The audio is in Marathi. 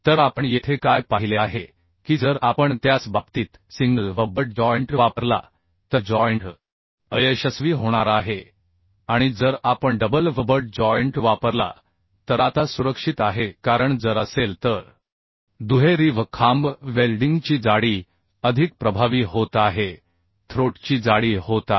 तर आपण येथे काय पाहिले आहे की जर आपण त्याच बाबतीत सिंगल V बट जॉइंट वापरला तर जॉइंट अयशस्वी होणार आहे आणि जर आपण डबल V बट जॉइंट वापरला तर आता सुरक्षित आहे कारण जर असेल तर दुहेरी V खांब वेल्डिंगची जाडी अधिक प्रभावी होत आहे थ्रोट ची जाडी होत आहे